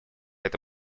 это